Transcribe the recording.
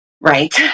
Right